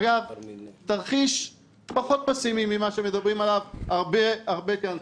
תרחיש פחות פסימי ממה שמדברים עליו רבים כאן,